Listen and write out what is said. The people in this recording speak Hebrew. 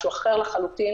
זה משהו אחר לחלוטין